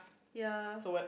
ya